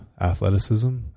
athleticism